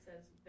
says